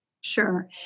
Sure